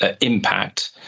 impact